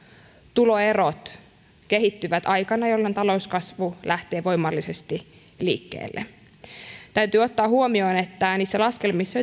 tuloerot kehittyvät aikana jolloin talouskasvu lähtee voimallisesti liikkeelle täytyy ottaa huomioon että niissä laskelmissa